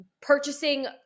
purchasing